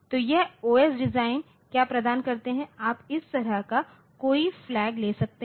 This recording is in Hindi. तो यह ओएस डिजाइनर क्या प्रदान करते हैं आप इस तरह का कोई फ्लैग ले सकते हैं